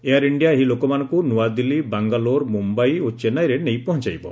air India ଏହି ଲୋକମାନଙ୍କୁ ନୂଆଦିଲ୍ଲୀ ବାଙ୍ଗାଲୋର ମୁମ୍ୟାଇ ଓ ଚେନ୍ନାଇରେ ନେଇ ପହଞ୍ଚାଇବ